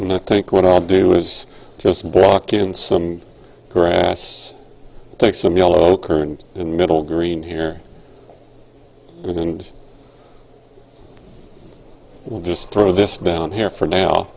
and i think what i'll do is just block in some grass take some yellow current in the middle green here and just throw this down here for now